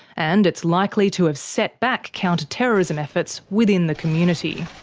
and it's likely to have set back counter-terrorism efforts within the community.